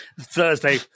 Thursday